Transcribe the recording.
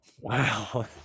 Wow